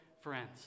friends